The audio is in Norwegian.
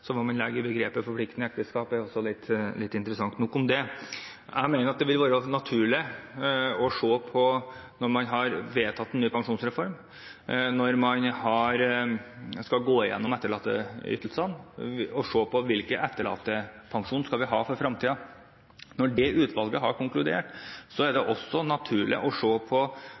Så hva man legger i begrepet «forpliktende ekteskap», er litt interessant. Nok om det. Jeg mener at det vil være naturlig når man har vedtatt en ny pensjonsreform, og når man skal gå igjennom etterlatteytelsene, å se på hvilken etterlattepensjon vi skal ha for fremtiden. Når det utvalget har konkludert, er det